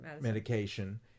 medication